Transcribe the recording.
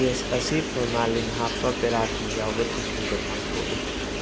test ꯑꯁꯤ formalin ꯍꯥꯞꯄ paraffin ꯌꯥꯎꯕ ꯇꯤꯁꯨꯗ ꯄꯥꯡꯊꯣꯛꯏ